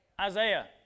Isaiah